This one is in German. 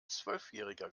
zwölfjähriger